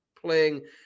playing